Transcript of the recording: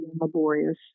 laborious